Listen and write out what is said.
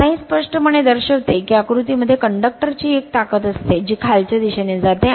आता हे स्पष्टपणे दर्शवते की आकृतीमध्ये कंडक्टर ची एक ताकद असते जी खालच्या दिशेने जाते